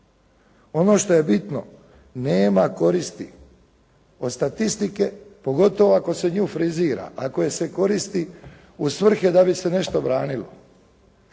Ono što je bitno, nema koristi, o statistike, pogotovo ako se nju friziram, ako je se koristi u svrhe da bi se nešto branilo.